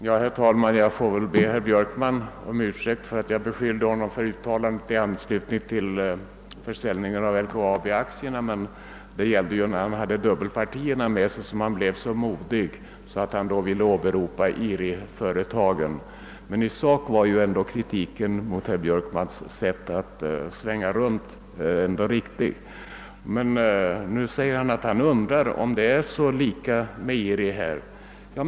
Herr talman! Jag får väl be herr Björkman om ursäkt för att jag beskyllde honom för detta uttalande angående försäljningen av LKAB-aktierna. Det var ju när han hade dubbelpartierna med sig som han blev så modig, att han ville åberopa IRI-företagen. Men i sak är kritiken mot herr Björkmans sätt att svänga runt ändå riktig. Nu undrar herr Björkman om det föreslagna systemet verkligen kan jämföras med IRI-företagen.